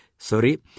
sorry